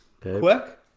quick